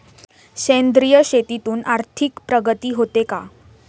सेंद्रिय शेतीतून आर्थिक प्रगती होते का?